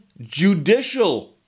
judicial